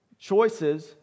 choices